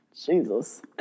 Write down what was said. jesus